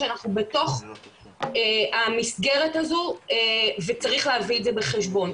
שאנחנו בתוך המסגרת הזו וצריך להביא את זה בחשבון.